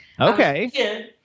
Okay